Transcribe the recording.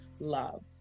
love